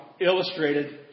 illustrated